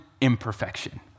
imperfection